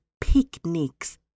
picnics